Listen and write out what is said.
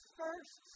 first